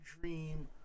dream